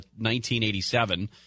1987